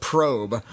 Probe